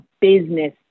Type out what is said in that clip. business